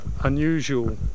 unusual